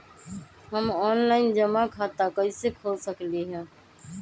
हम ऑनलाइन जमा खाता कईसे खोल सकली ह?